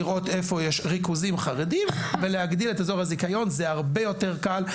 לראות איפה יש ריכוזים חרדיים ולהגדיר את אזור הזיכיון זה הרבה יותר קל,